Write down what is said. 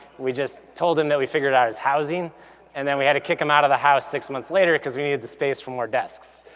we just told him that we figured out his housing and then we had to kick him out of the house six months later cause we needed the space for more desks.